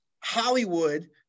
Hollywood